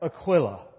Aquila